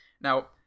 now